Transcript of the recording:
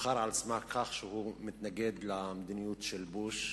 נבחר על סמך כך שהוא מתנגד למדיניות של בוש,